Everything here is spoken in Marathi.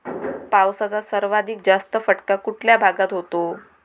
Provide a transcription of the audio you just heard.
पावसाचा सर्वाधिक जास्त फटका कुठल्या भागात होतो?